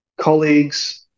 colleagues